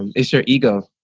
um is your ego.